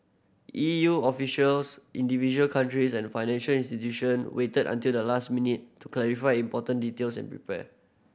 E U officials individual countries and financial institution waited until the last minute to clarify important details and prepare